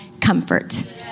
comfort